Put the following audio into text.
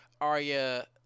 Arya